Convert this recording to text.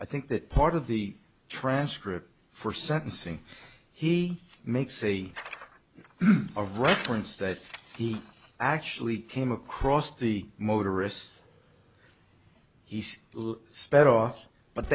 i think that part of the transcript for sentencing he makes a reference that he actually came across the motorist he sped off but